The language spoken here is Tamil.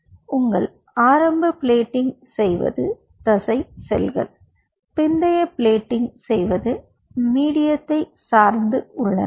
உங்கள் ஆரம்ப பிளேட்டிங் செய்வது தசை செல்கள் பிந்தைய பிளேட்டிங் செய்வது மீடியத்தை சார்ந்து உள்ளன